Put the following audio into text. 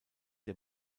der